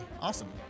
Awesome